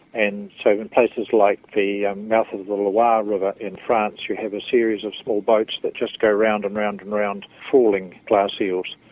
and so in places like the ah mouth of the loire um ah river in france you have a series of small boats that just go round and round and round trawling glass eels.